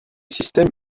système